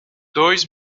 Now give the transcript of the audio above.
dois